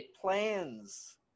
plans